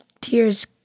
tears